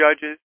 judges